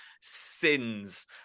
sins